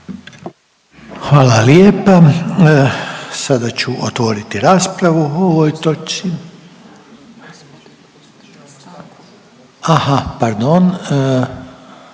Hvala lijepa. Sada ću otvoriti raspravu o ovoj točci. Aha pardon,